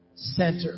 Center